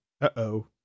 Uh-oh